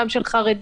גם של חרדים,